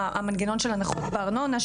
המנגנון של הנחות בארנונה,